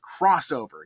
crossover